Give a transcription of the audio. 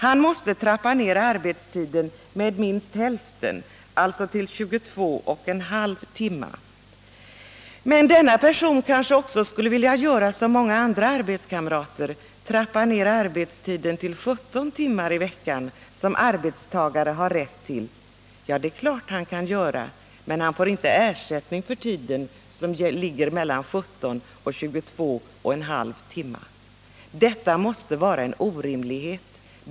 Han måste trappa ned arbetstiden med minst hälften, alltså till 25 timmar. Men denna person kanske också skulle vilja göra som många andra arbetskamrater, nämligen trappa ner arbetstiden till 17 timmar i veckan, vilket arbetstagare har rätt till. Det är klart att han kan göra det, men han får inte ersättning för tiden som ligger emellan 17 och 25 timmar. Detta måste vara en orimlighet.